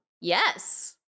yes